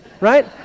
right